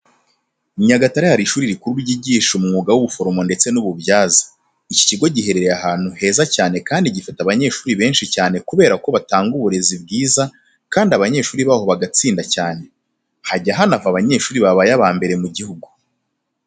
Nyagatare hari ishuri rikuru ryigisha umwuga w'ubuforomo ndetse n'ububyaza. Iki kigo giherereye ahantu heza cyane kandi gifite abanyeshuri benshi cyane kubera ko batanga uburezi bwiza kandi abanyeshuri baho bagatsinda cyane. Hajya hanava abanyeshuri babaye aba mbere mu gihugu.